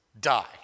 die